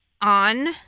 on